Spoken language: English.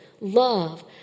love